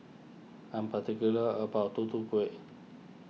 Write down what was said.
I'm particular about Tutu Kueh